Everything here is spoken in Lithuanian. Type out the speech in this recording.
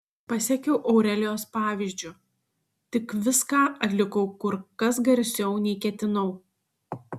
pasekiau aurelijos pavyzdžiu tik viską atlikau kur kas garsiau nei ketinau